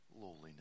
lowliness